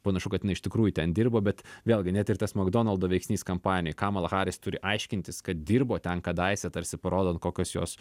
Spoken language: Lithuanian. panašu kad jinai iš tikrųjų ten dirbo bet vėlgi net ir tas makdonaldo veiksnys kampanijoj kamala haris turi aiškintis kad dirbo ten kadaise tarsi parodant kokios jos